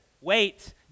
Wait